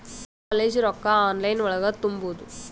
College ರೊಕ್ಕ online ಒಳಗ ತುಂಬುದು?